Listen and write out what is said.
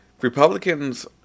Republicans